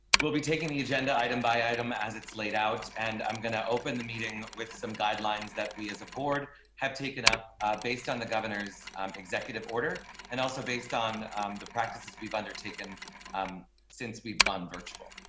will be taking the agenda item by item as its laid out, and i'm going to open the meeting with some guidelines that we as a board have taken up based on the governor's executive order and also based on the practices, we've undertaken um since we've gone virtual